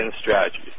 strategies